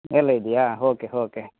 ಎಲ್ಲ ಇದೆಯಾ ಓಕೆ ಹೊಕೆ